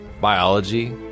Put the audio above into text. biology